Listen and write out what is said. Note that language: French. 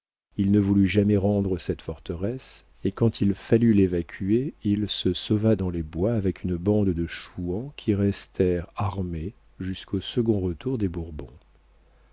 il ne voulut jamais rendre cette forteresse et quand il fallut l'évacuer il se sauva dans les bois avec une bande de chouans qui restèrent armés jusqu'au second retour des bourbons